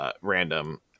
Random